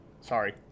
Sorry